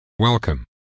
Welcome